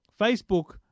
Facebook